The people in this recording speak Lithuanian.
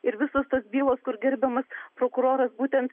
ir visos tos bylos kur gerbiamas prokuroras būtent